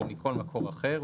או מכל מקור אחר,